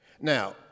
Now